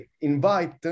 invite